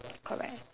correct